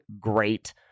great